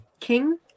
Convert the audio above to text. King